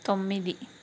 తొమ్మిది